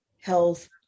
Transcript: health